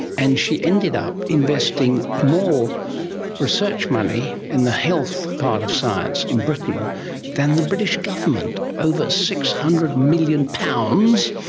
and she ended up investing more research money in the health part of science in britain than the british government, over six hundred million pounds,